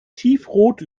tiefrot